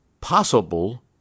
possible